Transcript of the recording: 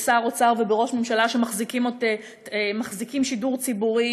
בשר האוצר ובראש ממשלה שמחזיקים שידור ציבורי